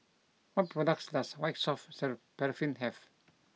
what products does White Soft Paraffin have